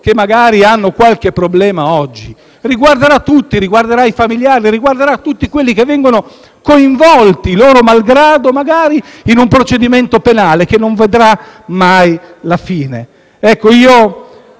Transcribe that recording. che magari hanno qualche problema oggi; riguarderà tutti, riguarderà i familiari e tutti coloro che vengono coinvolti, magari loro malgrado, in un procedimento penale, che non vedrà mai la fine. Sono